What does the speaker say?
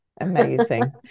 Amazing